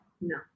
no